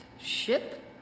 ship